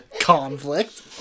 Conflict